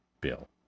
bill